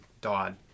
died